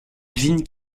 usine